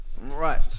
Right